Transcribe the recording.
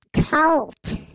cult